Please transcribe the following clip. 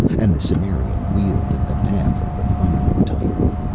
and the cimmerian wheeled in the path of the thundering titan.